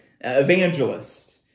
evangelist